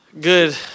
good